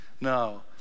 No